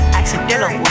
accidental